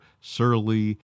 surly